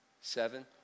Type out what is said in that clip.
seven